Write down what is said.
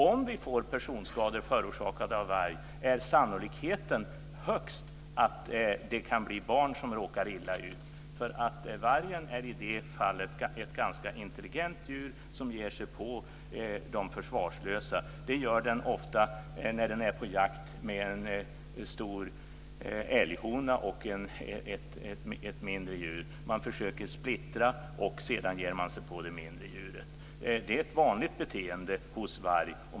Om vi får personskador förorsakade av varg är sannolikheten högst att det är barn som råkar illa ut. Vargen är i det fallet ett ganska intelligent djur som ger sig på de försvarslösa. Det gör den ofta när den är på jakt. Den försöker splittra t.ex. en stor älghona och ett mindre djur och ger sig på det mindre djuret. Det är ett vanligt beteende hos varg.